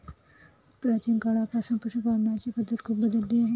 प्राचीन काळापासून पशुपालनाची पद्धत खूप बदलली आहे